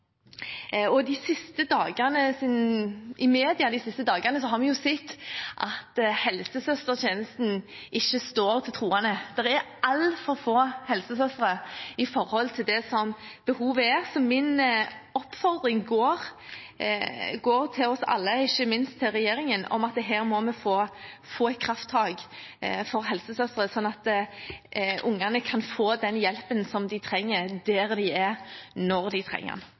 I media de siste dagene har vi sett at helsesøstertjenesten ikke står til troende – det er altfor få helsesøstre i forhold til behovet. Min oppfordring går til oss alle, ikke minst til regjeringen, om at her må vi få et krafttak for helsesøstre, slik at ungene kan få den hjelpen de trenger, der de er, og når de trenger den.